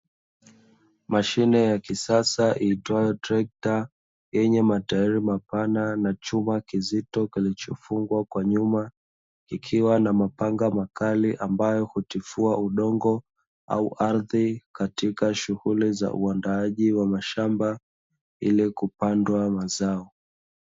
Mashine ya kisasa iitwayo trekta yenye matairi mapana, na chuma kizito kilichofungwa kwa nyuma. Ikiwa na mapanga makali ambayo hutifua udongo au ardhi katika shughuli za uandaaji wa mashamba ili kupandwa mazao.